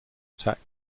attack